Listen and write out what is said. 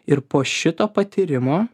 ir po šito patyrimo